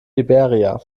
liberia